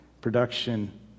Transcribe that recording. production